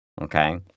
Okay